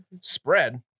spread